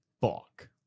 fuck